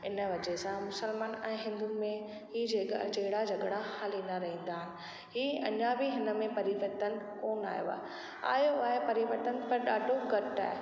हिन वजह सां मुसलमान ऐं हिंदू में ही जेका जेड़ा झॻिड़ा हलींदा रहंदा आहिनि ही अञा बि हिन में परिवर्तन कोन आयो आहे आयो आहे परिवर्तन पर ॾाढो घटि आहे